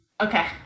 Okay